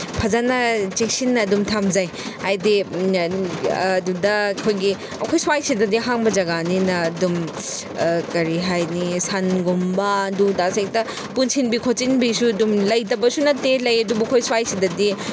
ꯐꯖꯅ ꯆꯦꯛꯁꯤꯟꯅ ꯑꯗꯨꯝ ꯊꯝꯖꯩ ꯍꯥꯏꯗꯤ ꯑꯗꯨꯗ ꯑꯩꯈꯣꯏꯒꯤ ꯑꯩꯈꯣꯏ ꯁ꯭ꯋꯥꯏꯁꯤꯗꯗꯤ ꯍꯥꯡꯕ ꯖꯒꯥꯅꯤꯅ ꯑꯗꯨꯝ ꯀꯔꯤ ꯍꯥꯏꯅꯤ ꯁꯟꯒꯨꯝꯕ ꯑꯗꯨꯗ ꯍꯦꯛꯇ ꯄꯨꯟꯁꯤꯟꯕꯤ ꯈꯣꯠꯆꯤꯟꯕꯤꯁꯨ ꯑꯗꯨꯝ ꯂꯩꯇꯕꯁꯨ ꯅꯠꯇꯦ ꯂꯩ ꯑꯗꯨꯕꯨ ꯑꯩꯈꯣꯏ ꯁ꯭ꯋꯥꯏꯁꯤꯗꯗꯤ